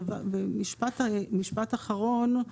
במשפט אחרון,